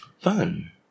Fun